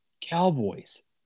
Cowboys